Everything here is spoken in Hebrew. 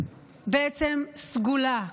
בעצם סגולה,